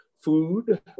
food